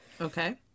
Okay